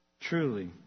Truly